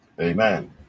Amen